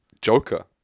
joker